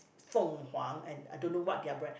凤凰 and I don't know what their brand